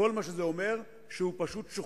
כל מה שזה אומר זה שהוא שוחרר.